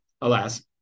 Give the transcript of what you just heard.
alas